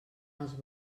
els